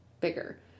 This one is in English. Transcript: bigger